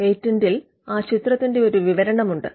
പേറ്റന്റിൽ ആ ചിത്രത്തിന്റെ ഒരു വിവരണവുമുണ്ട്